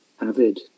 Avid